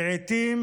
לעיתים